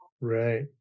right